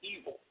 evil